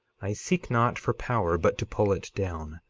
i seek not for power, but to pull it down.